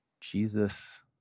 Jesus